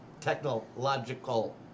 technological